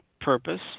Purpose